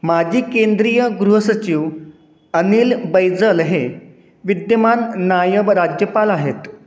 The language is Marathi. माजी केंद्रीय गृहसचिव अनिल बैजल हे विद्यमान नायब राज्यपाल आहेत